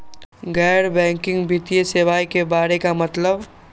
गैर बैंकिंग वित्तीय सेवाए के बारे का मतलब?